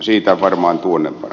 siitä varmaan tuonnempana